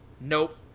Nope